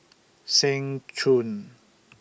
Seng Choon